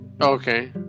Okay